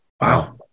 Wow